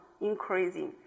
increasing